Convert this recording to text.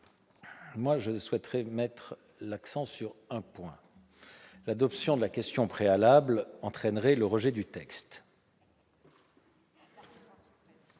-, je souhaite mettre l'accent sur un point : l'adoption de la question préalable entraînerait le rejet du texte.